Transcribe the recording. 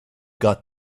got